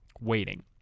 waiting